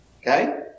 okay